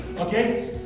okay